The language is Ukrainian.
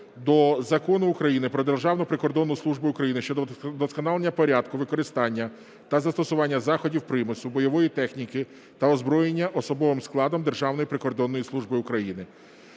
до Закону України "Про Державну прикордонну службу України" щодо вдосконалення порядку використання та застосування заходів примусу, бойової техніки та озброєння особовим складом Державної прикордонної служби України.